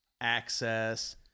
access